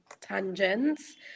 tangents